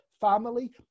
family